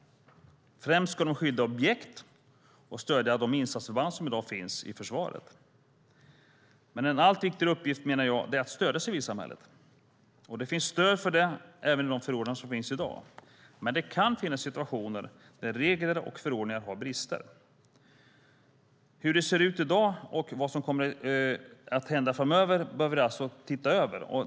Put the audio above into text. Främst ska de skydda objekt och stödja de insatsförband som i dag finns i försvaret. Men en allt viktigare uppgift, menar jag, är att stödja civilsamhället. Det finns stöd för det även i de förordningar som finns i dag. Men det kan finnas situationer där regler och förordningar har brister. Hur det ser ut i dag och vad som kan komma att hända framöver behöver vi alltså se över.